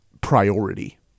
priority